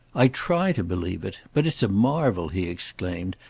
i try to believe it. but it's a marvel, he exclaimed,